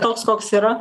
toks koks yra